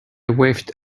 waved